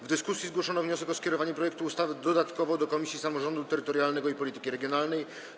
W dyskusji zgłoszono wniosek o skierowanie projektu ustawy dodatkowo do Komisji Samorządu Terytorialnego i Polityki Regionalnej.